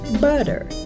Butter